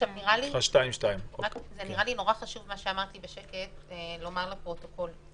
נראה לי מאוד חשוב שמה שאמרת לי בשקט תאמרי לפרוטוקול.